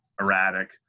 erratic